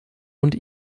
und